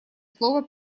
слово